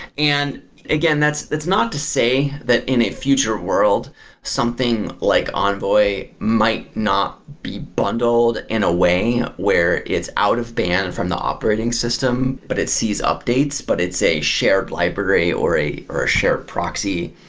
and again, it's not to say that in a future world something like envoy might not be bundled in a way where it's out of band from the operating system, but it sees updates, but it's a shared library or a or a shared proxy,